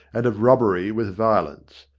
and of robbery with violence.